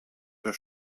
der